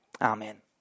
Amen